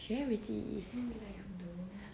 she very pretty